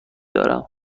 دارم